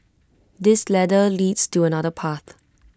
this ladder leads to another path